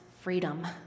freedom